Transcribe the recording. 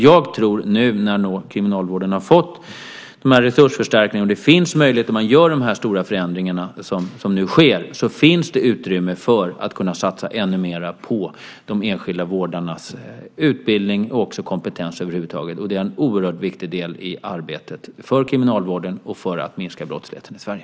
Jag tror, nu när kriminalvården har fått dessa resursförstärkningar och man gör de stora förändringar som nu sker, att det finns utrymme för att kunna satsa ännu mer på de enskilda vårdarnas utbildning och kompetens över huvud taget. Det är en oerhört viktig del i arbetet för kriminalvården och för att minska brottsligheten i Sverige.